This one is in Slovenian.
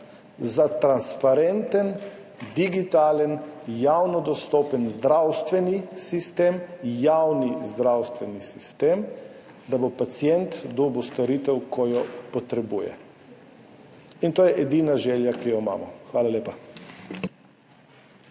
za transparenten, digitalen, javno dostopen zdravstveni sistem, javni zdravstveni sistem, da bo pacient dobil storitev, ko jo potrebuje. In to je edina želja, ki jo imamo. Hvala lepa.